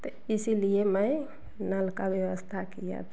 क इसीलिए लो नल की व्यवस्था किया था